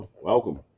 welcome